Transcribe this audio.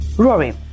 Rory